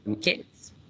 kids